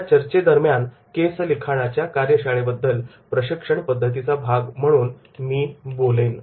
या चर्चेदरम्यान केस लिखाणाच्या कार्यशाळेबद्दल प्रशिक्षण पद्धतीचा भाग म्हणून मी बोलेन